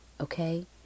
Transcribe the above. okay